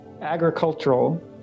Agricultural